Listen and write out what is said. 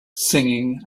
singing